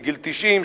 לגיל 90,